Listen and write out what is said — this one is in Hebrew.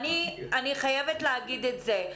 אני חייבת להגיד את זה.